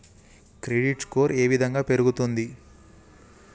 Credit score ఏ విధంగా పెరుగుతుంది?